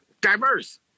diverse